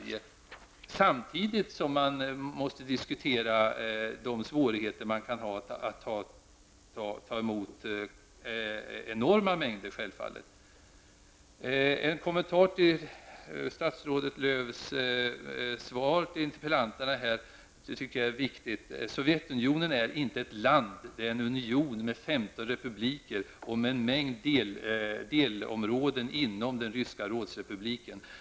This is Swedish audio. Men samtidigt måste man, självfallet, diskutera svårigheterna med att ta emot en enorm mängd människor. Så en kommentar till statsrådet Lööws svar till interpellanterna, för det tycker jag är viktigt. Sovjetunionen är inte ett land utan en union med 15 republiker och en mängd delområden inom Ryska rådsrepubliken.